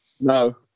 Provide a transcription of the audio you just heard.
No